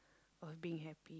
was being happy